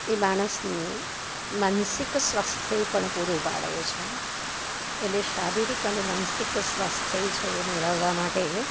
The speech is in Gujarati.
એ માણસને માનસિક સ્વાસ્થ્ય પણ પૂરું પાડે છે એટલે શારીરિક અને માનસિક સ્વાસ્થ્ય છે એ મેળવવા માટે